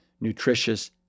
nutritious